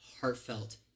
heartfelt